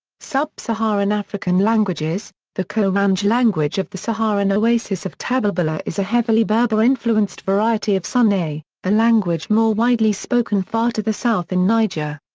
sub-saharan african languages the korandje language of the saharan oasis of tabelbala is a heavily berber-influenced variety of songhay, a a ah language more widely spoken far to the south in niger.